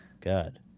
God